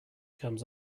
comes